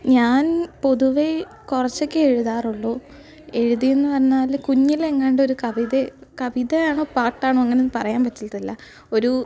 ഞാൻ പൊതുവേ കുറച്ചൊക്കെ എഴുതാറുള്ളൂ എഴുതി എന്ന് പറഞ്ഞാൽ കുഞ്ഞിലെ എങ്ങാണ്ട് ഒരു കവിതെയോ കവിതയാണോ പാട്ടാണോ അങ്ങനെ ഒന്നും പറയാൻ പറ്റത്തില്ല ഒരു